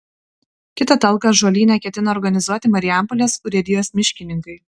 kitą talką ąžuolyne ketina organizuoti marijampolės urėdijos miškininkai